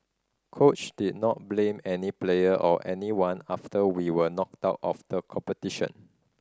coach did not blame any player or anyone after we were knocked out of the competition